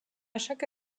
chaque